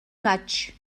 match